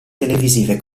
televisive